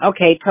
Okay